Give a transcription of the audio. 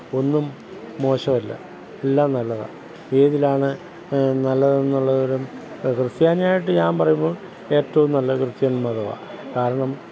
ഒന്നും മോശമല്ല എല്ലാം നല്ലതാണ് ഏതിലാണ് നല്ലതെന്നുള്ളവരും ക്രിസ്ത്യാനിയായിട്ട് ഞാൻ പറയുമ്പോള് ഏറ്റവും നല്ലത് ക്രിസ്ത്യന് മതമാണ് കാരണം